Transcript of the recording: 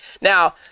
Now